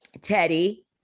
Teddy